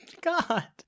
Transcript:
god